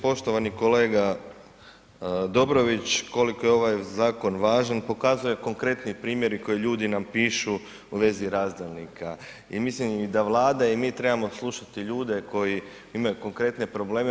Poštovani kolega Dobrović, koliko je ovaj zakon važan pokazuju konkretni primjeri koji ljudi nam pišu u vezi razdjelnika i mislim i da Vlada i mi trebamo slušati ljude koji imaju konkretne probleme.